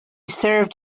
served